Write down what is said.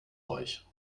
euch